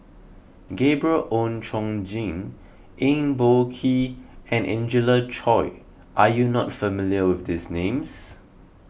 Gabriel Oon Chong Jin Eng Boh Kee and Angelina Choy are you not familiar with these names